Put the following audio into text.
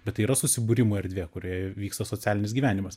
bet tai yra susibūrimo erdvė kurioje vyksta socialinis gyvenimas